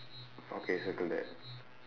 okay circle that